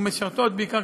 או משרתת בעיקר,